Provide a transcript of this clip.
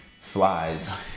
flies